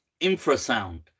infrasound